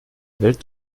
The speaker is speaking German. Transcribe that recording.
welt